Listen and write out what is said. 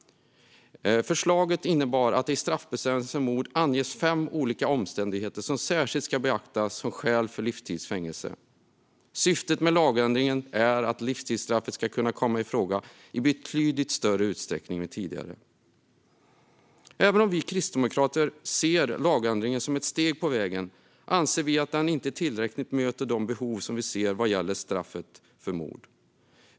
Förslaget innebar att det i straffbestämmelsen om mord anges fem olika omständigheter som särskilt ska beaktas som skäl för livstids fängelse. Syftet med lagändringen är att livstidsstraffet ska kunna komma i fråga i betydligt större utsträckning än tidigare. Även om vi kristdemokrater ser lagändringen som ett steg på vägen anser vi att den inte tillräckligt möter det behov som vi ser vad gäller straff för mord.